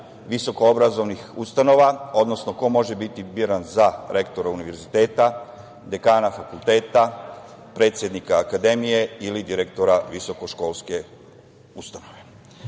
visokoobrazovnih ustanova, odnosno ko može biti biran za rektora univerziteta, dekana fakulteta, predsednika akademije ili direktora visokoškolske ustanove. Naime,